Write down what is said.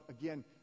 again